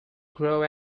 grow